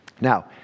Now